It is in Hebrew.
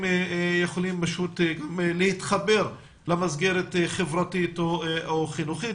יכולים להתחבר למסגרת חברתית או חינוכית.